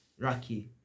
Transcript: Rocky